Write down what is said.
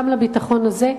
גם לביטחון הזה,